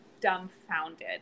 dumbfounded